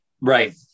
right